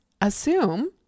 assume